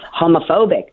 homophobic